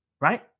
right